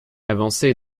avancée